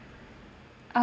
uh